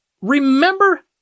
Remember